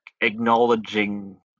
acknowledging